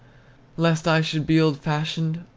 lest i should be old-fashioned,